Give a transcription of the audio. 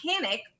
panic